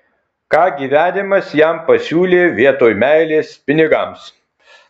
ką gyvenimas jam pasiūlė vietoj meilės pinigams